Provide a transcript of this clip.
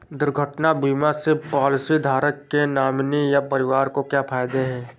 दुर्घटना बीमा से पॉलिसीधारक के नॉमिनी या परिवार को क्या फायदे हैं?